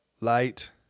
light